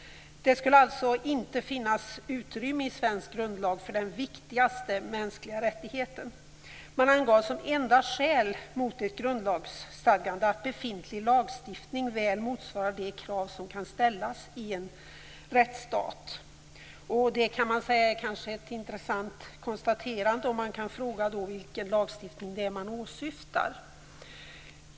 Det skulle alltså inte finnas utrymme i svensk grundlag för den viktigaste mänskliga rättigheten. Kommittén angav som enda skäl mot ett grundlagsstadgande att befintlig lagstiftning väl motsvarar de krav som kan ställas i en rättsstat. Det kan man kanske säga är ett intressant konstaterande, och man kan fråga vilken lagstiftning det är som åsyftas.